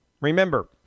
Remember